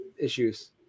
issues